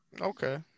Okay